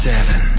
Seven